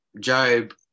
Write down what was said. Job